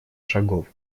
шагов